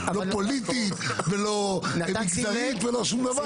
לא פוליטית ולא מגזרית ולא שום דבר.